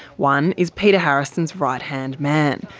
one is peter harrison's right-hand man,